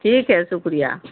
ٹھیک ہے شکریہ